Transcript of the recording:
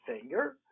finger